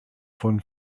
von